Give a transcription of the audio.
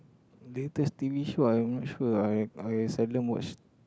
latest t_v show I'm not sure I I seldom watch